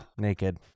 Naked